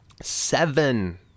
Seven